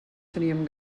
teníem